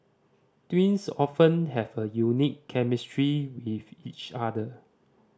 twins often have a unique chemistry with each other